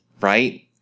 right